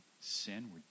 sin